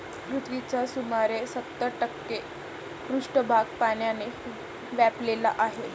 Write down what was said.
पृथ्वीचा सुमारे सत्तर टक्के पृष्ठभाग पाण्याने व्यापलेला आहे